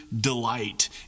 delight